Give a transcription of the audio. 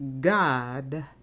God